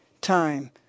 time